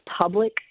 public